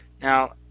Now